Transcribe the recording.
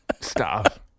Stop